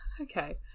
Okay